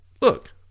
look